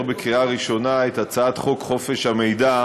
בקריאה ראשונה את הצעת חוק חופש המידע,